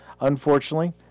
Unfortunately